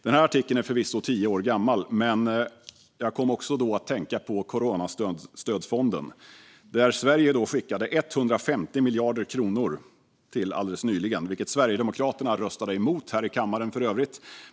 Den här artikeln är förvisso tio år gammal, men jag kom också att tänka på coronastödfonden, dit Sverige alldeles nyligen skickade 150 miljarder kronor, vilket Sverigedemokraterna för övrigt röstade emot här i kammaren.